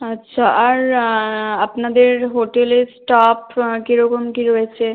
আচ্ছা আর আপনাদের হোটেলে স্টাফ কীরকম কী রয়েছে